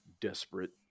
desperate